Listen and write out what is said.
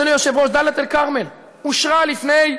אדוני היושב-ראש: לדאלית-אל-כרמל אושרה לפני,